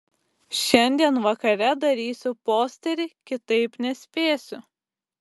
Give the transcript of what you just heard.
šiandien vakare darysiu posterį kitaip nespėsiu